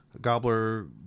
gobbler